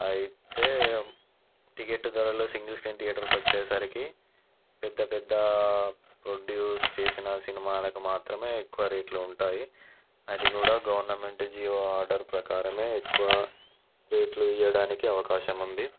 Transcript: అయితే టికెట్ ధరలు single screen theatres వచ్చేసరికి పెద్ద పెద్ద ప్రొడ్యూస్ చేసిన సినిమాలకు మాత్రమే ఎక్కువ రేట్లు ఉంటాయి అది కూడా గవర్నమెంట్ జీవో ఆర్డర్ ప్రకారమే ఎక్కువ రేట్లు ఇవ్వడానికి అవకాశం ఉంది